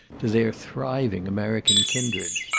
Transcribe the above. to their thriving american kindred.